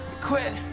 quit